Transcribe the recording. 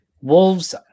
Wolves